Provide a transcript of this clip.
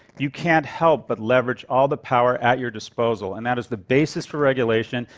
you can't help but leverage all the power at your disposal. and that is the basis for regulation,